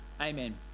Amen